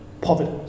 poverty